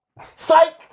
Psych